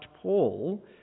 Paul